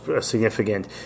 significant